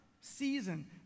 season